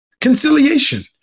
Conciliation